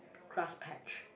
grass patch